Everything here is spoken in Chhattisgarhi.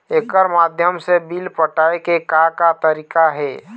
एकर माध्यम से बिल पटाए के का का तरीका हे?